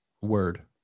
Word